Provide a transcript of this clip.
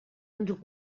ens